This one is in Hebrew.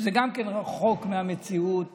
שגם זה רחוק מהמציאות